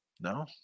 No